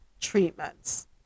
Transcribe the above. treatments